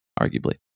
arguably